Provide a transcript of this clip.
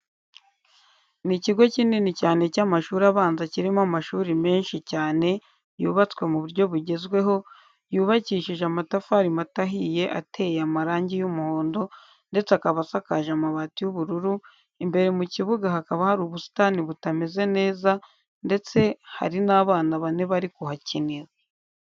Ni ikigo kinini cyane cy'amashuri abanza kirimo amashuri menshi cyane yubatswe mu buryo bugezweho, yubakishije amatafari mato ahiye, ateye amarangi y'umuhondo ndetse akaba asakaje amabati y'ubururu, imbere mu kibuga hakaba hari ubusitani butameze neza ndetse hari n'abana bane bari kuhakinira.